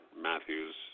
Matthews